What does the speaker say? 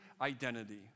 identity